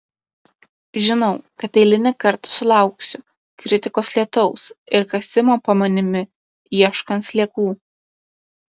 žinau kad eilinį kartą sulauksiu kritikos lietaus ir kasimo po manimi ieškant sliekų